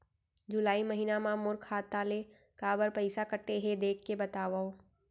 जुलाई महीना मा मोर खाता ले काबर पइसा कटे हे, देख के बतावव?